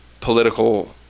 political